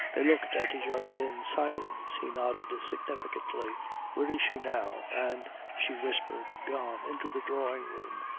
they looked at each other in silence. he nodded significantly where is she now? and she whispered gone into the drawing-room.